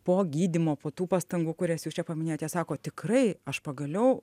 po gydymo po tų pastangų kurias jūs čia paminėjot jie sako tikrai aš pagaliau